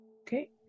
Okay